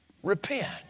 Repent